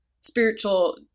spiritual